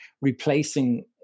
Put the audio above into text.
replacing